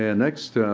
and next